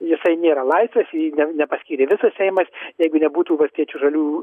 jisai nėra laisvas ir jį ne nepaskyrė visas seimas jeigu nebūtų valstiečių žaliųjų